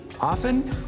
Often